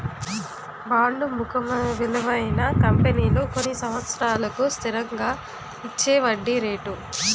bond ముఖ విలువపై కంపెనీలు కొన్ని సంవత్సరాలకు స్థిరంగా ఇచ్చేవడ్డీ రేటు